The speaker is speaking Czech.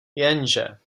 jenže